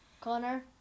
Connor